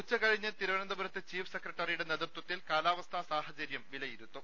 ഉച്ചകഴിഞ്ഞ് തിരുവനന്തപുരത്ത് ചീഫ് സെക്രട്ടറിയുടെ നേതൃത്വത്തിൽ കാലാവസ്ഥാ സാഹചര്യം വിലയിരുത്തും